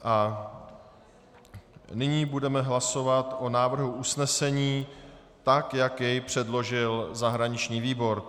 A nyní budeme hlasovat o návrhu usnesení tak, jak jej předložil zahraniční výbor.